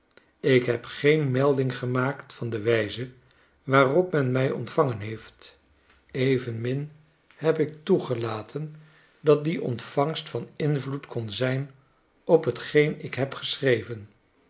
ik heb geen melding gemaakt van de wijze waarop men mij ontvangen heeft evenmin heb ik toegelaten dat die ontvangst van invloed kon zijn op t geen ik heb geschreven